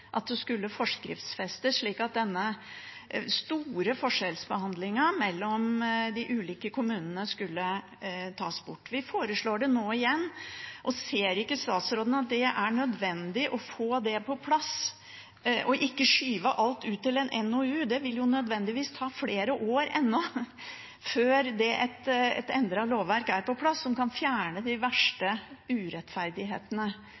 at det skulle forskriftsfestes, slik at denne store forskjellsbehandlingen mellom de ulike kommunene skulle tas bort. Vi foreslår det nå igjen. Ser ikke statsråden at det er nødvendig å få det på plass, og ikke skyve alt ut til en NOU? Det vil nødvendigvis ta flere år ennå før et endret lovverk som kan fjerne de verste urettferdighetene, er på plass.